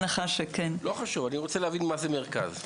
אני רוצה להבין מה זה מרכז.